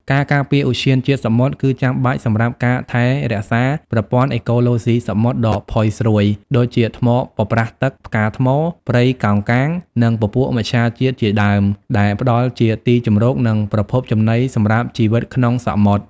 ការការពារឧទ្យានជាតិសមុទ្រគឺចាំបាច់សម្រាប់ការថែរក្សាប្រព័ន្ធអេកូឡូស៊ីសមុទ្រដ៏ផុយស្រួយ ដូចជាថ្មប៉ប្រះទឹកផ្កាថ្ម ព្រៃកោងកាង និងពពួកមច្ឆជាតិជាដើម ដែលផ្តល់ជាទីជម្រក និងប្រភពចំណីសម្រាប់ជីវិតក្នុងសមុទ្រ។